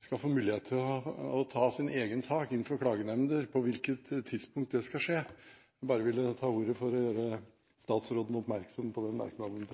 skal få mulighet til å presentere sin egen sak for klagenemndene, og på hvilket tidspunkt det skal skje. Jeg ville bare ta ordet for å gjøre statsråden oppmerksom på den merknaden.